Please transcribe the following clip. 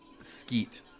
Skeet